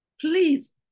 Please